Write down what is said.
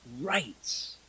rights